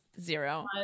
zero